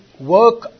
work